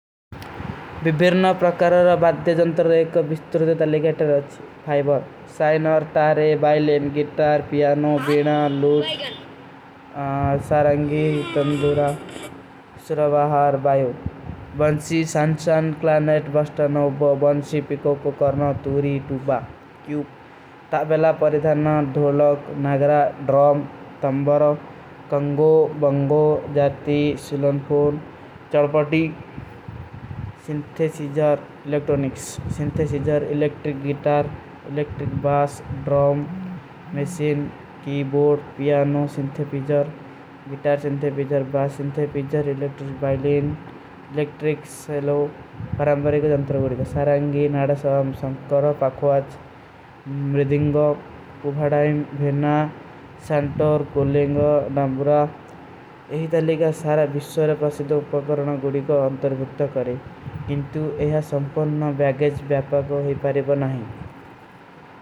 ଵିଭିରନ ପ୍ରକର ଔର ବାତ୍ତେ ଜଂତର ଏକ ବିସ୍ତୁର ଦେତା ଲେଗେତେ ରହେ ହୈଂ। ଫାଇବର, ସାଇନର, ତାରେ, ବାଈଲେନ, ଗିତାର, ପିଯାନୋ, ବୀନା, ଲୋଚ, ସାରଂଗୀ, ତଂଦୁରା, ସୁରଵାହାର, ବାଯୋ। ବନସୀ, ସଂଚାନ, କ୍ଲାମେଟ, ବସ୍ଟା, ନୌବା, ବନସୀ, ପିକୋ, କୋକରଣା, ତୂରୀ, ଦୂବା, କ୍ଯୂବ। ତାଵେଲା, ପରିଧାନା, ଧୋଲକ, ନଗରା, ଡ୍ରମ, ତଂବର, କଂଗୋ, ବଂଗୋ, ଜାତୀ, ସୁଲଂପୂର, ଚଲପଟୀ, synthesizer, electronics. Synthesizer, electric guitar, electric bass, drum, machine, keyboard, piano, synthesizer, guitar ସିଂ ଵାଲେନ। ଇଲେକ୍ଟ୍ରିକ୍ସ ପରାମ୍ବରେ କୋ ଜବ ଜାନତର ଗୁଡୀ ପାରାଂଗୀ, ନାଡାସାମ, ସଂଥର, ପାକଵାଚ, ମରିଦିଂଗ, ଉଭଡାଯଂ, ଭେନା, ସଂଟର। କୁଲେଂଗ ନାମୁରା, ଏହୀ ତାଲେ କା ସାରା ଵିଶ୍ଵର ପସିଦ ଉପପରଣା ଗୁଡି କୋ ଜାନତର ଗୁଟ୍ଟା କରେଂ କିଂଟ ଵଯଗଜ ବଯପା ଭୋ ହୀ ପରେବା ନହୀଂ।